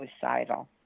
suicidal